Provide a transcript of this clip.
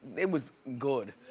it was good.